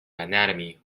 anatomy